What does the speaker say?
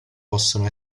possono